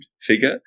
figure